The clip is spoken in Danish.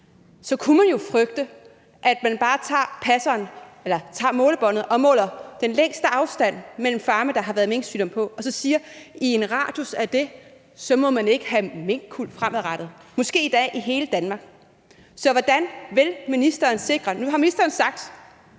så kunne man jo frygte, at man bare tager målebåndet og måler den største afstand mellem farme, der har været minksygdom på, og så siger, at inden for den radius må man ikke have minkkuld fremadrettet, måske endda i hele Danmark. Nu har ministeren sagt,